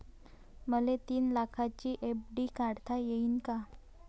मले तीन लाखाची एफ.डी काढता येईन का?